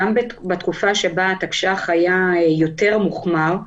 גם בתקופה שבה התקש"ח הייתה יותר לחומרה,